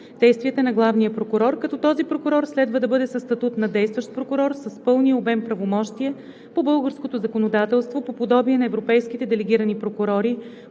действията на главния прокурор, като този прокурор следва да бъде със статут на действащ прокурор с пълния обем правомощия по българското законодателство, по подобие на европейските делегирани прокурори